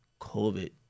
COVID